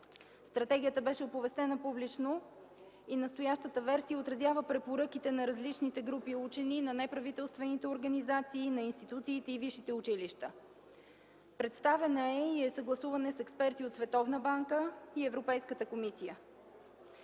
Стратегията беше оповестена публично и настоящата версия отразява препоръките на различните групи учени, на неправителствените организации, на институциите и висшите училища. Представена е и е съгласувана с експерти от Световната банка и Европейската комисия.